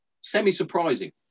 semi-surprising